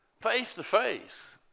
Face-to-face